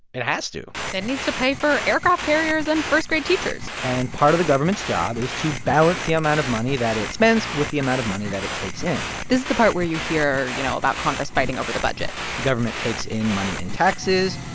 it has to it needs to pay for aircraft carriers and first-grade teachers and part of the government's job is to balance the amount of money that it spends with the amount of money that it takes in this is the part where you hear, you know, about congress fighting over the budget the government takes in money in taxes.